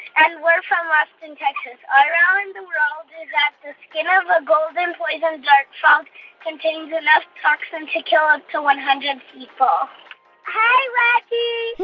and we're from austin, texas. our wow in the world is that the skin um of a golden poison dart frog shot contains enough toxin to kill up to one hundred people hi, reggie